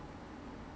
电费也贵